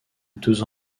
deux